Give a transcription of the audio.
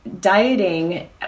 dieting